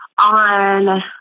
on